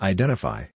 Identify